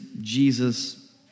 Jesus